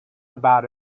about